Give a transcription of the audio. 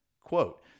Quote